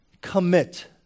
Commit